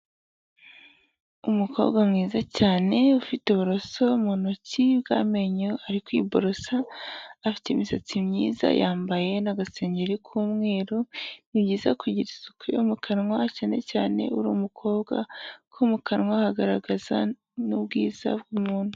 Umukobwa mwiza cyane ufite uburoso mu ntoki bw'amenyo ari kwiborosa, afite imisatsi myiza yambaye n'agasengeri k'umweru, ni byiza kugira isuku yo mu kanwa cyane cyane uri umukobwa kuko mu kanwa hagaragaza n'ubwiza bw'umuntu.